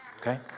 Okay